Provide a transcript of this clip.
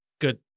good